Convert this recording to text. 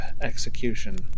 execution